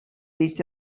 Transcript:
mig